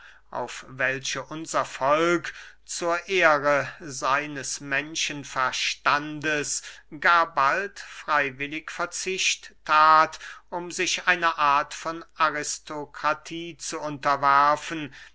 auf welche unser volk zur ehre seines menschenverstandes gar bald freywillig verzicht that um sich einer art von aristokratie zu unterwerfen